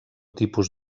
tipus